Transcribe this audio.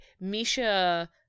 Misha